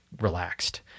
relaxed